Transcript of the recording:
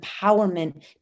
empowerment